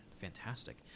Fantastic